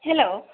hello